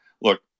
look